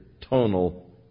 tonal